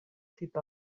tepa